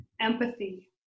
empathy